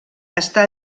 està